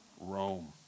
Rome